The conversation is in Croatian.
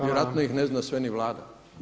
Vjerojatno ih ne zna sve ni Vlada.